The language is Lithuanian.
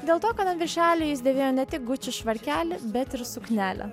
dėl to kad an viršelio jis dėvėjo ne tik guči švarkelį bet ir suknelę